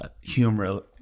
humor